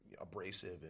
abrasive